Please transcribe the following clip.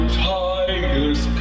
tigers